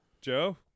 Joe